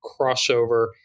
crossover